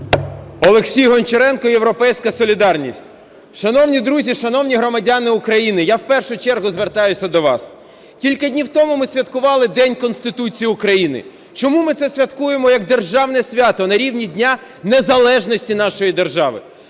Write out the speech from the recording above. Олексій Гончаренко, "Європейська солідарність". Шановні друзі, шановні громадяни України, я в першу чергу звертаюся до вас. Кілька днів тому ми святкували День Конституції України. Чому ми це святкуємо як державне свято на рівні Дня незалежності нашої держави?